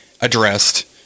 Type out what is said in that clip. addressed